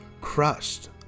crushed